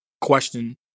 question